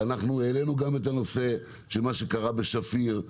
ואנחנו העלינו גם את הנושא של מה שקרה בשפיר,